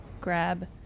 grab